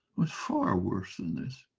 was far worse than this